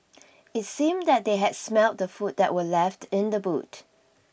it seemed that they had smelt the food that were left in the boot